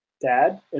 dad